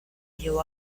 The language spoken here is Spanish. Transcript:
llevó